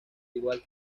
igual